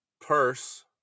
purse